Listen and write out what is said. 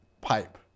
Pipe